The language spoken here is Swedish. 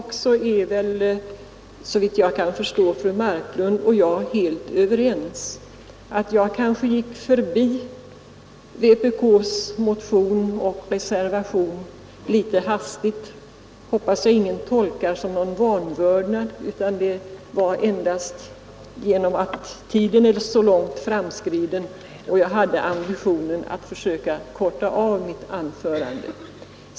Fru talman! I sak är fru Marklund och jag helt överens. Att jag kanske gick förbi vpk:s reservation och motion litet hastigt hoppas jag ingen tolkar som någon vanvördnad. Det berodde endast på att tiden är så långt framskriden och jag hade ambitionen att korta av mitt anförande.